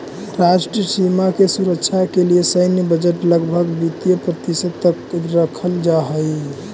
राष्ट्रीय सीमा के सुरक्षा के लिए सैन्य बजट लगभग पैंतीस प्रतिशत तक रखल जा हई